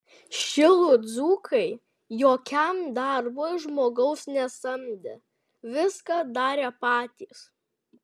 šilų dzūkai jokiam darbui žmogaus nesamdė viską darė patys